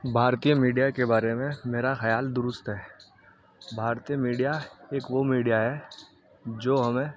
بھارتیہ media کے بارے میں میرا خیال درست ہے بھارتیہ میڈیا ایک وہ میڈیا ہے جو ہمیں